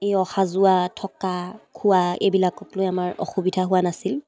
এই অহা যোৱা থকা খোৱা এইবিলাকক লৈ আমাৰ অসুবিধা হোৱা নাছিল